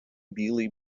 білий